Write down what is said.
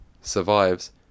survives